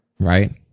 right